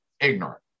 ignorant